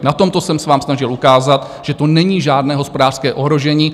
Na tomto jsem se vám snažil ukázat, že to není žádné hospodářské ohrožení.